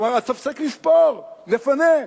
הוא אמר: תפסיק לספור, נפנה.